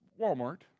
walmart